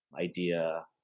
idea